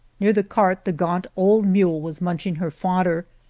near the cart the gaunt old mule was munching her fodder,